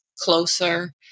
closer